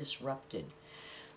disrupted